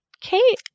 Kate